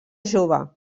jove